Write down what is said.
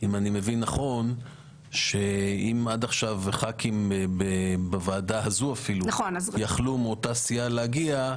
אם עד עכשיו ח"כים בוועדה הזאת יכלו מאותה סיעה להגיע,